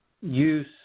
use